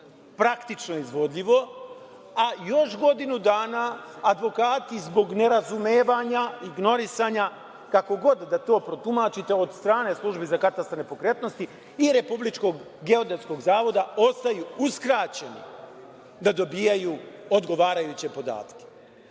praktično izvodljivo, a još godinu dana advokati zbog nerazumevanja, ignorisanja, kako god da to protumačite, od strane službi za katastar nepokretnosti i Republičkog geodetskog zavoda ostaju uskraćeni da dobijaju odgovarajuće podatke. Odredbom